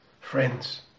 Friends